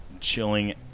chilling